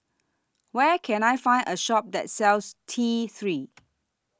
Where Can I Find A Shop that sells T three